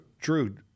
Drew